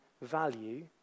value